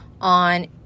on